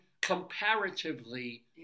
comparatively